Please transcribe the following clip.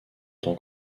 tant